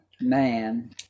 man